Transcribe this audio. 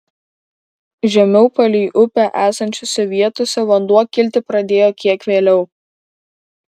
žemiau palei upę esančiose vietose vanduo kilti pradėjo kiek vėliau